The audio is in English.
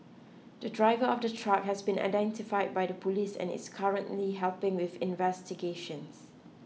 the driver of the truck has been identified by the police and is currently helping with investigations